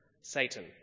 Satan